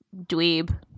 dweeb